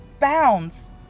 bounds